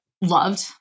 loved